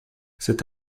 cet